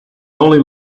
only